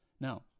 Now